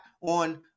on